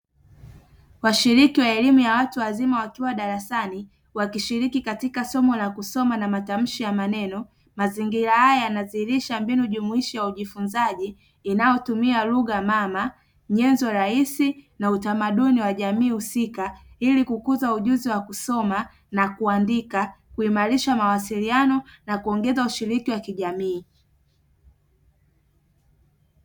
Washiriki wa elimu ya watu wazima wakiwa darasani wakishiriki katika somo la kusoma na matamshi ya maneno. Mazingira haya yanadhihirisha mbinu jumuishi ya ujifunzaji, inayotumia lugha mama, nyenzo rahisi na utamaduni wa jamii husika ili kukuza ujuzi wa kusoma na kuandika, kuimarisha mawasiliano na kuongeza ushiriki wa kijamii.